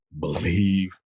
believe